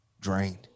drained